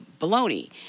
baloney